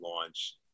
launch